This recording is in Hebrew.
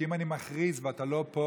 כי אם אני מכריז ואתה לא פה,